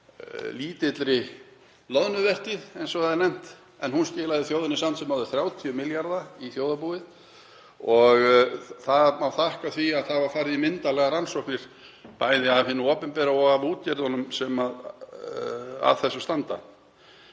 lítilli loðnuvertíð, eins og það er nefnt, nýlokið, en hún skilaði þjóðinni samt sem áður 30 milljörðum í þjóðarbúið. Það má þakka því að farið var í myndarlegar rannsóknir, bæði af hinu opinbera og af útgerðunum sem að þessu standa.